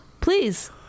Please